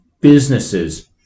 businesses